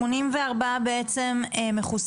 4,000 מבודדים,